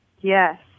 Yes